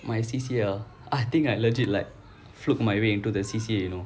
my C_C_A uh I think like legit like fluked my way into the C_C_A you know